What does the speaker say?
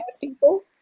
people